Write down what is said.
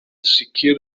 sicr